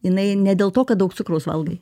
jinai ne dėl to kad daug cukraus valgai